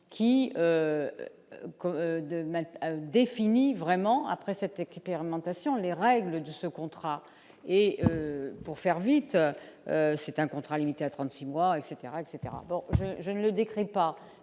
mal défini vraiment après cette expérimentation les règles de ce contrat et, pour faire vite, c'est un contrat limité à 36 mois etc etc je ne décrète pas